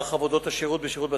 "מיר" בשכונת ברכפלד